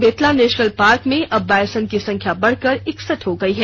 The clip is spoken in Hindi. बेतला नेशनल पार्क में अब बायसन की संख्या बढ़कर एकसठ हो गई है